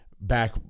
back